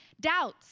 Doubts